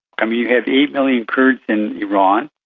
i mean, you have eight million kurds in iran,